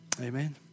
Amen